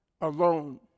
alone